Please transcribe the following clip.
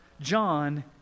John